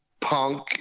punk